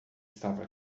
estava